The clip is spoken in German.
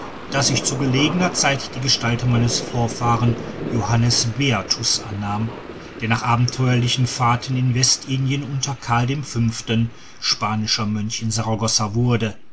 daß ich zu gelegener zeit die gestalt meines vorfahren johannes beatus annahm der nach abenteuerlichen fahrten in westindien unter karl v spanischer mönch in saragossa wurde